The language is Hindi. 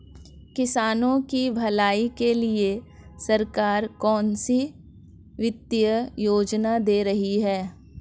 किसानों की भलाई के लिए सरकार कौनसी वित्तीय योजना दे रही है?